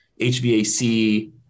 HVAC